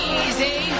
easy